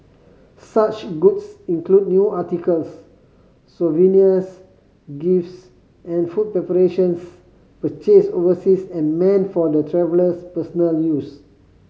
such goods include new articles souvenirs gifts and food preparations purchased overseas and meant for the traveller's personal use